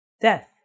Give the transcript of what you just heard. death